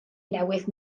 newydd